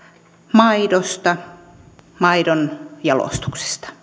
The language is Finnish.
maidosta ja maidonjalostuksesta